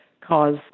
cause